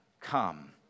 come